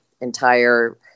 entire